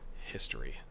history